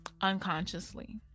unconsciously